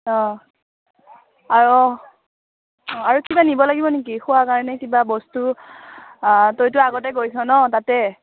অঁ আৰু আৰু কিবা নিব লাগিব নেকি খোৱা কাৰণে কিবা বস্তু তইতো আগতে গৈছ ন তাতে